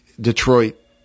Detroit